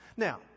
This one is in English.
Now